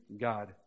God